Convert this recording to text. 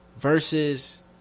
versus